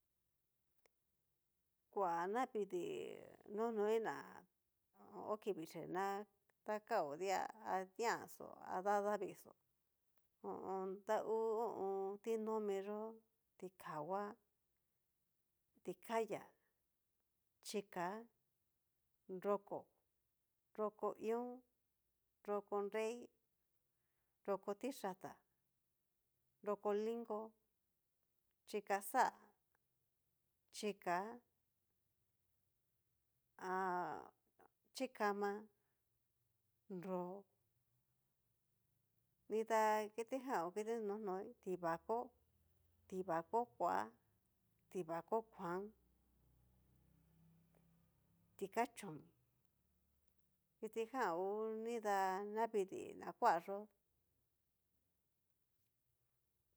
Kua nacidii nonoi á ho kivii xhí ta kao di'a, adian xó a dadavii xó, ho o o. ta ngu ho o on tinomi yó tikangua, ti kayá, chika, nroko, nro i'on, nroko nrei, nroko tiyáta, nroko linko, xhikaxá, chika ha chikama, nró, dina kitijan ngu kiti nonoi, tivako, tivako kua, tivako kuan, tikachomi kirijan ngu nida navidii na kua yó.